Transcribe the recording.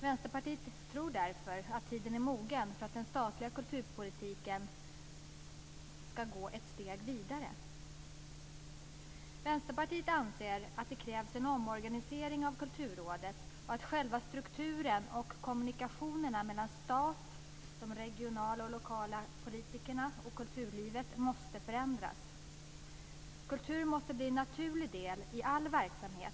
Vänsterpartiet tror därför att tiden är mogen för att den statliga kulturpolitiken ska gå ett steg vidare. Vänsterpartiet anser att det krävs en omorganisering av Kulturrådet och att själva strukturen och kommunikationerna mellan staten, de regionala och lokala politikerna och kulturlivet måste förändras. Kultur måste bli en naturlig del i all verksamhet.